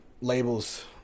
labels